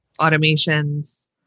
automations